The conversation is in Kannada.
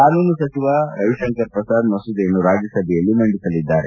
ಕಾನೂನು ಸಚಿವ ರವಿಶಂಕರ್ ಪ್ರಸಾದ್ ಮಸೂದೆಯನ್ನು ರಾಜ್ಲಸಭೆಯಲ್ಲಿ ಮಂಡಿಸಲಿದ್ದಾರೆ